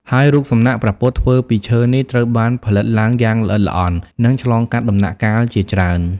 ហើយរូបសំណាកព្រះពុទ្ធធ្វើពីឈើនេះ ត្រូវបានផលិតឡើងយ៉ាងល្អិតល្អន់ និងឆ្លងកាត់ដំណាក់កាលជាច្រើន។